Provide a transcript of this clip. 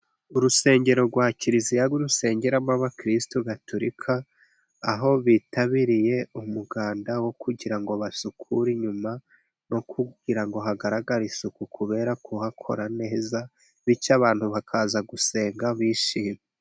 Urusengero rwa kiliziya rusengeramo abakiristu Gatolika ,aho bitabiriye umuganda wo kugira ngo basukure inyuma ,no kugira ngo hagaragare isuku kubera kuhakora neza ,bityo abantu bakaza gusenga bishimye.